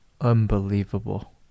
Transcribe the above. Unbelievable